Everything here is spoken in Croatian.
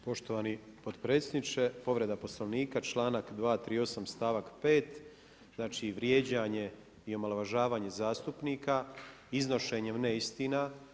Poštovani potpredsjedniče, povreda Poslovnika članak 238. stavak 5. znači vrijeđanje i omalovažavanje zastupnika iznošenjem neistina.